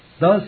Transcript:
Thus